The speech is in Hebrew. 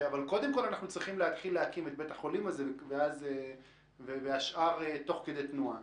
אבל קודם כול צריך להקים את בית החולים הזה והשאר תוך כדי תנועה.